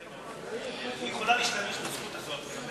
לפי התקנון היא יכולה להשתמש בזכות הזאת.